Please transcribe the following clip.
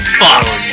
fuck